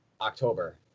October